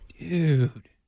Dude